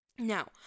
Now